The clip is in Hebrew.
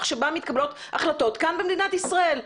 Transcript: שבה מתקבלות החלטות כאן במדינת ישראל.